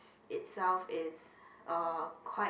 itself is uh quite